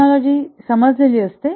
technology समजलेली असते